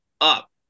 up